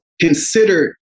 consider